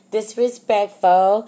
Disrespectful